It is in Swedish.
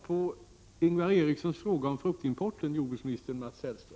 Nu får konsumenterna hyggliga äpplen, genom de beslut vi har tagit i går.